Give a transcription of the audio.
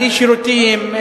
בלי שירותים,